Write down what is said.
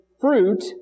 fruit